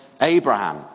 Abraham